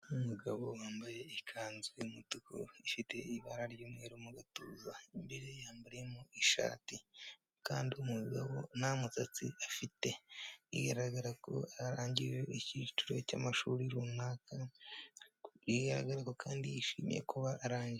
Umugabo wambaye ikanzu y'umutuku ifite ibara ry'uumweru mu gatuza, imbere yambariyemo ishati kandi umugabo nta musatsi afite. Bigaragara ko arangije icyiciro cy'amashuri runaka yihagarika kandi yishimiye kuba arangije.